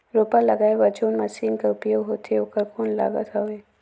रोपा लगाय बर जोन मशीन कर उपयोग होथे ओकर कौन लागत हवय?